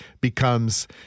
becomes